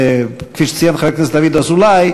כפי שציין חבר הכנסת דוד אזולאי,